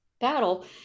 battle